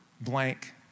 blank